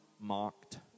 mocked